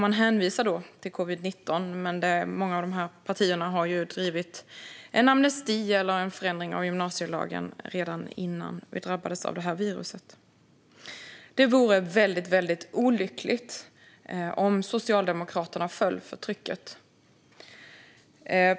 Man hänvisar till covid-19, men många av de här partierna drev ju en amnesti eller en förändring av gymnasielagen redan innan vi drabbades av viruset. Det vore väldigt olyckligt om Socialdemokraterna föll för trycket.